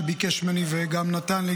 שביקש ממני וגם נתן לי,